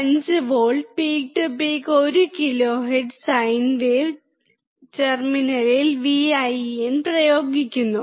5 V peak to peak 1kHz sine input ടെർമിനലിൽ ൽ പ്രയോഗിക്കുന്നു